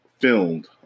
filmed